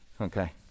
Okay